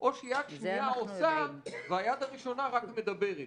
או שיד שנייה עושה והיד הראשונה רק מדברת.